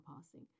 passing